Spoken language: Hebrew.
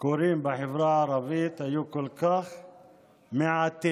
קורים בחברה הערבית היו כל כך מעטים,